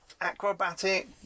Acrobatic